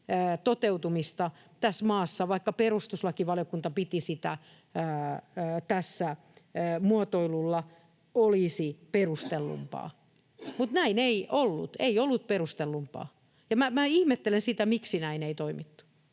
toteutumista tässä maassa, vaikka perustuslakivaliokunta piti sitä tässä muotoilulla ”olisi perustellumpaa”. Mutta näin ei ollut, ei ollut perustellumpaa, ja ihmettelen, miksi näin ei toimittu.